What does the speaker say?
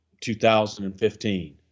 2015